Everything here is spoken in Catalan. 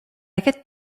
aquest